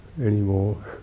anymore